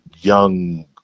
young